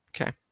Okay